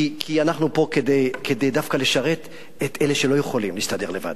כי אנחנו פה כדי דווקא לשרת את אלה שלא יכולים להסתדר לבד.